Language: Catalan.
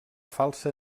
falsa